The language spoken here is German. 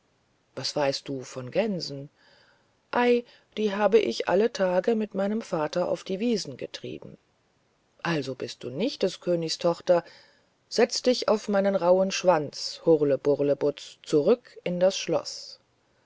was weißt du von gänsen ei die hab ich alle tage mit meinem vater auf die wiesen getrieben also bist du nicht des königs tochter setz dich auf meinen rauhen schwanz hurleburlebutz zurück in das schloß